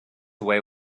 away